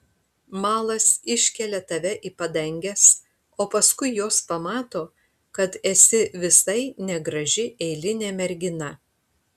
malas iškelia tave į padanges o paskui jos pamato kad esi visai negraži eilinė mergina